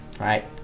right